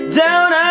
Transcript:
down